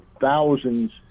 thousands